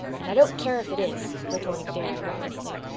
and i don't care if it is, retorted davy recklessly.